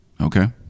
okay